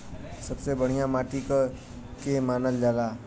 सबसे बढ़िया माटी के के मानल जा?